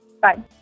Bye